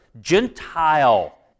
Gentile